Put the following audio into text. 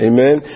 Amen